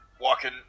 walking